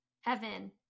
Heaven